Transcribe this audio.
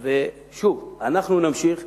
שוב, אנחנו נמשיך בכך.